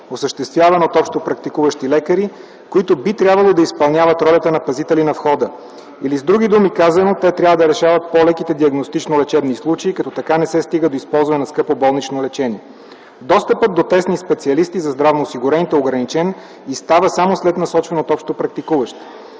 осъществявана от общопрактикуващи лекари, които би трябвало да изпълняват ролята на пазители на входа. Или, с други думи казано, те трябва да решават по-леките диагностично-лечебни случаи, като така не се стига до използване на скъпо болнично лечение. Достъпът до тесни специалисти за здравно осигурените е ограничен и става само след насочване от общопрактикуващ.